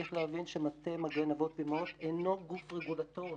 צריך להבין שמטה "מגן אבות ואימהות" אינו גוף רגולטורי.